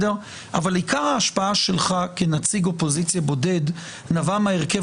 אבל עיקר ההשפעה שלך כנציג אופוזיציה בודד נבעה מההרכב